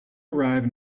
arrive